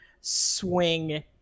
swing